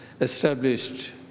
established